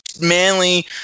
manly